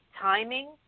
timing